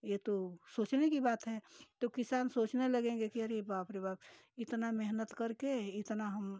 यह तो सोचने की बात है तो किसान सोचने लगेंगे कि अरे बाप रे बाप इतना मेहनत करके इतना हम